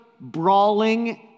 brawling